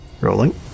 Rolling